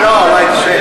לא הייתי שואל.